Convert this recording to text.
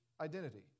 identity